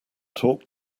talk